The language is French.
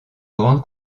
grande